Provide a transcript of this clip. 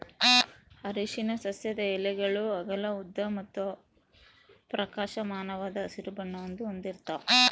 ಅರಿಶಿನ ಸಸ್ಯದ ಎಲೆಗಳು ಅಗಲ ಉದ್ದ ಮತ್ತು ಪ್ರಕಾಶಮಾನವಾದ ಹಸಿರು ಬಣ್ಣವನ್ನು ಹೊಂದಿರ್ತವ